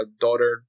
daughter